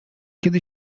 kiedy